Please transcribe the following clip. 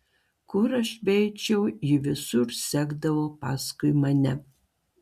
kur aš beeičiau ji visur sekdavo paskui mane